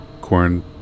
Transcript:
corn